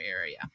area